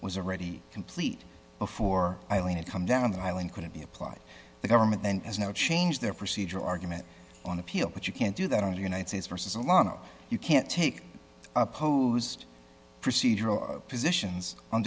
was already complete before i let it come down on the island could it be applied the government then has now changed their procedure argument on appeal but you can't do that in the united states versus a lot of you can't take opposed procedural positions